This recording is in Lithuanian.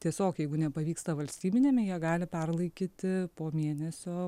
tiesiog jeigu nepavyksta valstybiniame jie gali perlaikyti po mėnesio